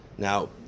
Now